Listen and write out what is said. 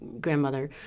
grandmother